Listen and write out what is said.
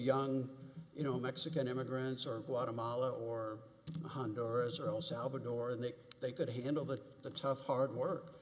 young you know mexican immigrants or guatemala or honduras el salvador that they could handle that the tough hard work